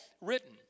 written